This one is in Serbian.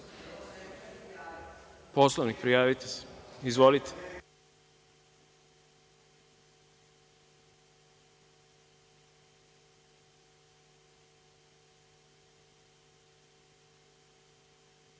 Poslovniku, prijavite se. Izvolite.